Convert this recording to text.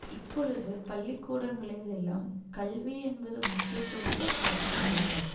இப்பொழுது பள்ளிக்கூடங்களில் எல்லாம் கல்வி என்பது முக்கியத்துவத்தை காட்டுகின்றனர்